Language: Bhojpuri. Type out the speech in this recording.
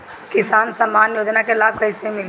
किसान सम्मान योजना के लाभ कैसे मिली?